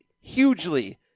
hugely